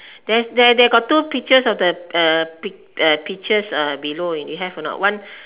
there's there they got two pictures of the uh pic~ uh pictures below you have or not one